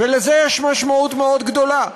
לזה יש משמעות גדולה מאוד.